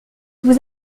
vous